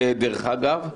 דרך אגב,